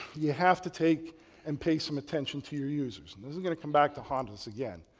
you have to take and pay some attention to your users. and those are going to come back to haunt us again.